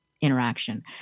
interaction